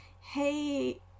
hey